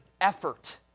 effort